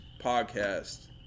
podcast